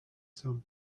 some